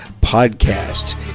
Podcast